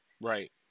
right